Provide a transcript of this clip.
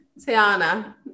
Tiana